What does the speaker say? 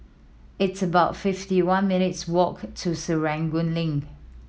it's about fifty one minutes' walk to Serangoon Link